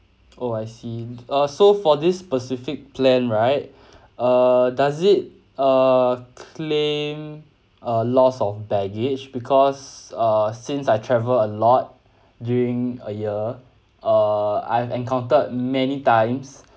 oh I see uh so for this specific plan right err does it err claim a loss of baggage because uh since I travel a lot during a year err I've encountered many times